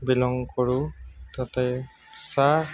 belong কৰোঁ তাতে চাহ